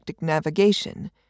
navigation